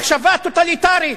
מחשבה טוטליטרית.